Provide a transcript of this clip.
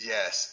Yes